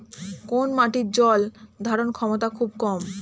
কোন মাটির জল ধারণ ক্ষমতা খুব কম?